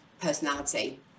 personality